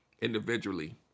individually